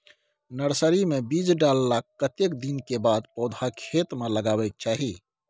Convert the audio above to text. Nursery मे बीज डाललाक कतेक दिन के बाद पौधा खेत मे लगाबैक चाही?